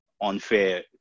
unfair